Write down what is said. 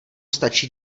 stačí